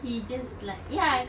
he just like ya